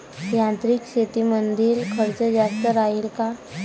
यांत्रिक शेतीमंदील खर्च जास्त राहीन का?